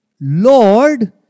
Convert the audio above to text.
Lord